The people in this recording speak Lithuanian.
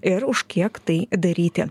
ir už kiek tai daryti